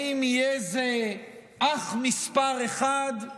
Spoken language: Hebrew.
אם יהיה זה אח מס' אחת,